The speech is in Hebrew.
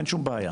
אין שום בעיה,